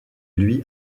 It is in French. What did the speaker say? lui